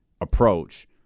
approach